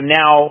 now